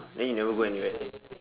then you never go anywhere